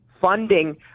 funding